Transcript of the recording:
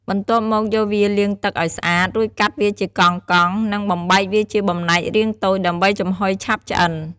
បន្ទាប់មកយកវាលាងទឹកឲ្យស្អាត រួចកាត់វាជាកង់ៗ និងបំបែកវាជាបំណែករាងតូច ដើម្បីចំហុយឆាប់ឆ្អិន។